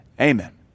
amen